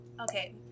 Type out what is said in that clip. okay